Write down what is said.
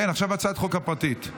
עכשיו הצעת החוק הפרטית.